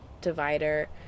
divider